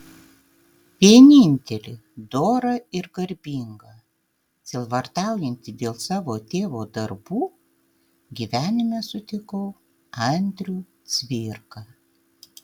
vienintelį dorą ir garbingą sielvartaujantį dėl savo tėvo darbų gyvenime sutikau andrių cvirką